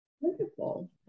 Wonderful